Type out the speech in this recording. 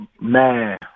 Man